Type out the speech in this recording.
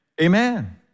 Amen